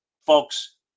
Folks